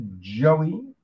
Joey